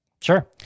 Sure